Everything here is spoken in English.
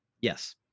Yes